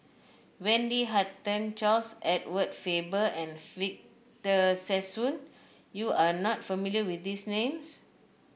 Wendy Hutton Charles Edward Faber and Victor Sassoon you are not familiar with these names